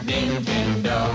Nintendo